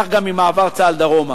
כך גם עם מעבר צה"ל דרומה.